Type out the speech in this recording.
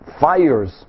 fires